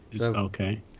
Okay